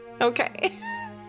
Okay